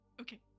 Okay